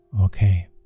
okay